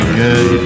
good